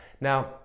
Now